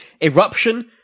Eruption